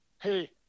hey